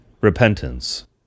Repentance